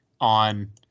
on